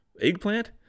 eggplant